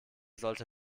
sollte